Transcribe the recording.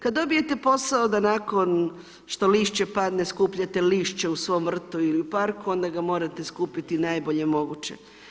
Kada dobijete posao da nakon što lišće padne skupljate lišće u svom vrtu ili parku onda ga morate skupiti najbolje moguće.